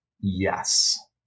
yes